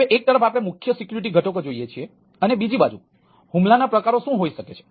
હવે એક તરફ આપણે મુખ્ય સિક્યુરિટી ઘટકો જોઈએ છીએ અને બીજી બાજુ હુમલાના પ્રકારો શું હોઈ શકે છે